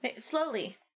Slowly